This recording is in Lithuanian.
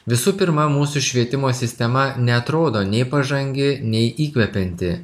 visų pirma mūsų švietimo sistema neatrodo nei pažangi nei įkvepianti